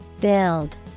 Build